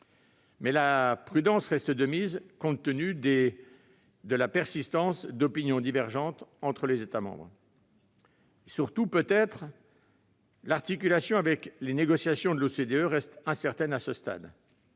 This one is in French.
la prudence reste de mise, compte tenu de la persistance d'opinions divergentes entre les États membres. Surtout, l'articulation avec les négociations à l'OCDE reste, semble-t-il, incertaine à ce stade